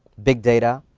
big data.